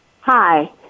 Hi